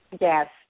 Yes